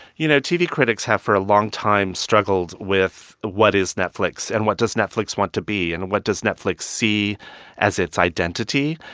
you know, tv critics have for a long time struggled with, what is netflix? and what does netflix want to be? and what does netflix see as its identity?